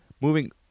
moving